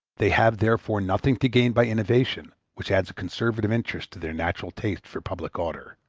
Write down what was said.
they have therefore nothing to gain by innovation, which adds a conservative interest to their natural taste for public order.